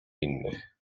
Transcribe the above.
innych